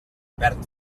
perd